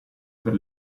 per